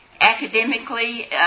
Academically